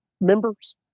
members